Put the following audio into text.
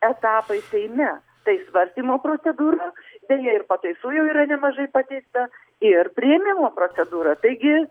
etapai seime tai svarstymo procedūra deja ir pataisų jau yra nemažai pateista ir priėmimo procedūra taigi